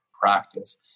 practice